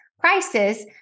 prices